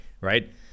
right